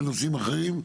בנושאים אחרים.